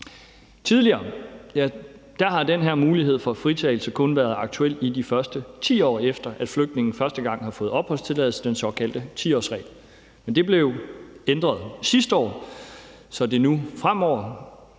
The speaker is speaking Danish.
Tidligere har den her mulighed for fritagelse kun været aktuel, i de første 10 år efter flygtningen første gang har fået opholdstilladelse, den såkaldte 10-årsregel, men det blev ændret sidste år, så det nu fremover